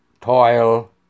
toil